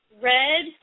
Red